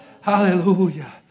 hallelujah